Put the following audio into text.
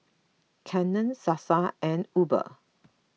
Canon Sasa and Uber